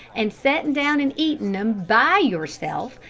and settin' down and eatin' em by yourself,